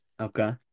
Okay